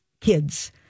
kids